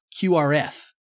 QRF